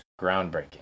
groundbreaking